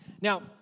Now